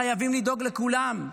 חייבים לדאוג לכולם,